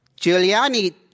Giuliani